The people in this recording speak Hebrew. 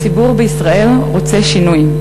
הציבור בישראל רוצה שינוי.